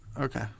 Okay